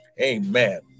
Amen